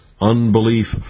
Unbelief